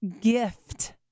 gift